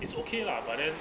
is okay lah but then